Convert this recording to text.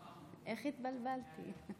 איך התבלבלתי.